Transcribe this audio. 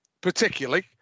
particularly